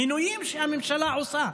המינויים שהממשלה עושה,